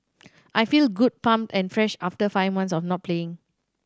I feel good pumped and fresh after five months of not playing